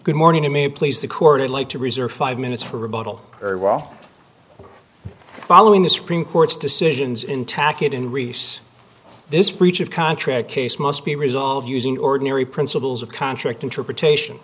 good morning to me please the court i like to reserve five minutes for rebuttal very well following the supreme court's decisions in tack it in recess this breach of contract case must be resolved using ordinary principles of contract interpretation